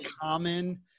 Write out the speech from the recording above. common